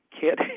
kid